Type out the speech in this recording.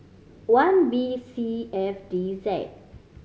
one B C F D Z